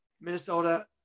Minnesota